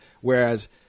Whereas